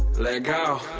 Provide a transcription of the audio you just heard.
lehgo.